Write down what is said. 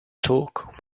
talk